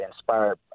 inspired